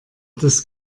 das